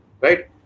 right